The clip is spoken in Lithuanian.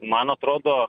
man atrodo